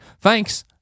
Thanks